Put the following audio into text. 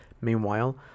Meanwhile